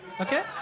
okay